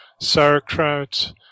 sauerkraut